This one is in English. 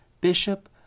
Bishop